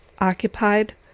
occupied